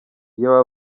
iyaba